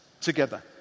together